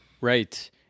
Right